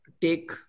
take